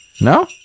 No